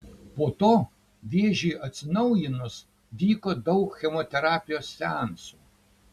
po to vėžiui atsinaujinus vyko daug chemoterapijos seansų